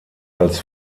als